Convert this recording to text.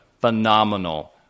phenomenal